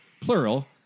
plural